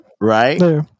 right